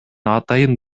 атайын